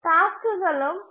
டாஸ்க்குகலுல்